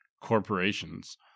corporations